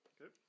Okay